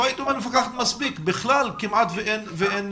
לא הייתי אומר שהיא לא מפקחת מספיק אלא בכלל ואין פיקוח.